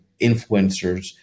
influencers